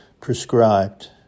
prescribed